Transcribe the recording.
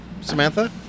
Samantha